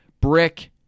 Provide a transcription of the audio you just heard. brick